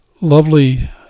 lovely